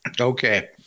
Okay